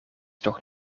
toch